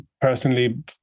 personally